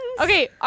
Okay